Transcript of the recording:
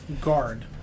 guard